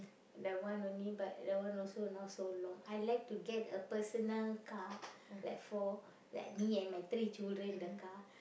that one only but that one also not so long I like to get a personal car like for like me and my three children in the car